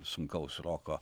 sunkaus roko